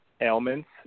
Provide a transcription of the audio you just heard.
ailments